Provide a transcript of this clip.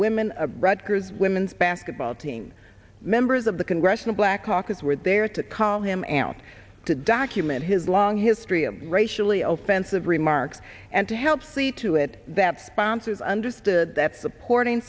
women of rutgers women's basketball team members of the congressional black caucus were there to call him and to document his long history of racially offensive remarks and to help see to it that sponsors understood that supporting